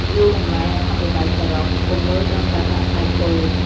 វាយតម្លៃអត្ថប្រយោជន៍សរុប កុំមើលត្រឹមតែប្រាក់ខែគោល។